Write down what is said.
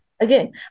Again